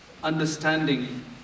understanding